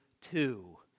two